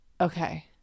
Okay